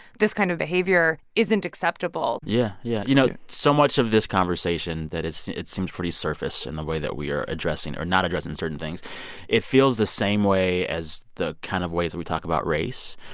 this kind of behavior isn't acceptable yeah, yeah. you know, so much of this conversation that it seems pretty surface in the way that we are addressing or not addressing certain things it feels the same way as the kind of ways that we talk about race.